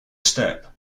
step